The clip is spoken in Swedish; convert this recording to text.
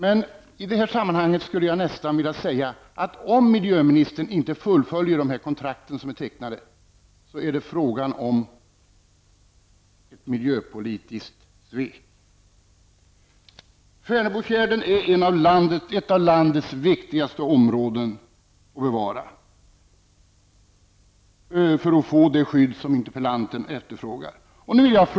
Men i detta sammanhang skulle jag nästan vilja säga att om miljöministern inte fullföljer de här kontrakten som är tecknade, så är det fråga om ett miljöpolitiskt svek. Färnebofjärden är ett av de områden som det är viktigast att bevara -- och när det gäller att få det skydd som interpellationen efterfrågar.